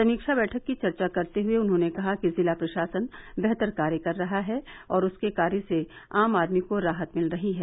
समीक्षा बैठक की चर्चा करते हुये उन्होंने कहा कि जिला प्रशासन बेहतर कार्य कर रहा है उसके कार्यों से आम आदमी को राहत मिल रही है